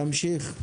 תמשיך.